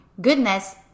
goodness